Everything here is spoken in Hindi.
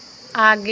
आगे